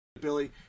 Billy